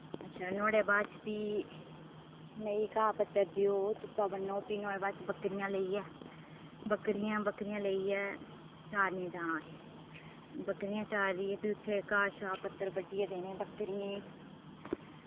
अच्छा नुआढ़े बाद'च फ्ही मेही गी घा पत्तर देओ धुप्पा ब'न्नो फ्ही नुआढ़े बाद'च बकरियां लेइयै बकरियां बकरियां लेइयै चारणे जाना उठी बकरियां चारियै फ्ही उत्थेै घा शा पत्तर बड्ढियै देने बकरियें